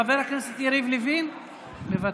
חבר הכנסת יריב לוין, מוותר,